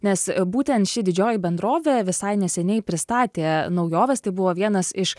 nes būtent ši didžioji bendrovė visai neseniai pristatė naujoves tai buvo vienas iš